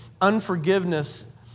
unforgiveness